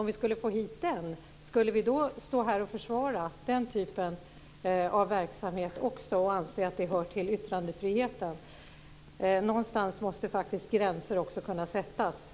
Om vi skulle få hit det, skulle vi då stå här och försvara även den typen av verksamhet och anse att det hör till yttrandefriheten? Någonstans måste faktiskt gränser kunna sättas.